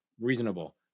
reasonable